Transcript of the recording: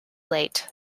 late